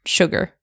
sugar